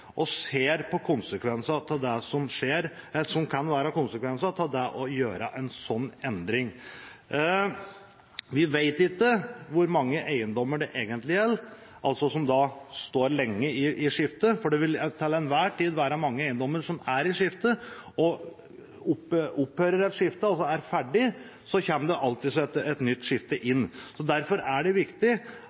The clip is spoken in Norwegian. og ser på det som kan være konsekvensene av det å gjøre en sånn endring. Vi vet ikke hvor mange eiendommer det egentlig gjelder, altså som står lenge i skifte, for det vil til enhver tid være mange eiendommer som er i skifte, og opphører et skifte, altså er ferdig, så kommer det alltids et nytt skifte inn. Derfor er det viktig